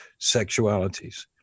sexualities